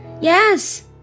yes